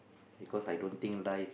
because I don't think life